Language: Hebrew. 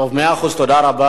טוב, מאה אחוז, תודה רבה.